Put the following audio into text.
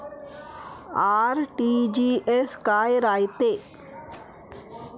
RTGS काय रायते?